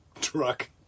truck